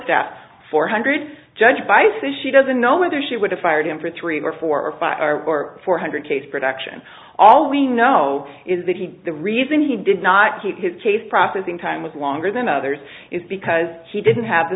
staff four hundred judge by says she doesn't know whether she would have fired him for three or four or five or four hundred case production all we know is that he the reason he did not keep his case processing time was longer than others is because he didn't have the